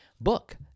book